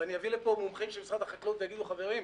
ואני אביא לפה מומחה של משרד החקלאות ואגיד לו: חברים,